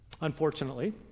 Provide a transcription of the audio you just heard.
Unfortunately